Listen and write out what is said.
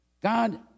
God